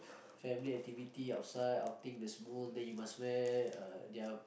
family activity outside outing the Smule then you must wear uh their